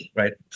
right